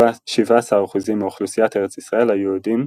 17 אחוזים מאוכלוסיית ארץ ישראל היו יהודים,